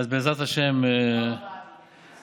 אז בעזרת השם, תודה לך, אדוני.